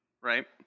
Right